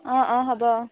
অঁ অঁ হ'ব অঁ